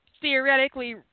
theoretically